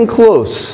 close